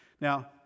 Now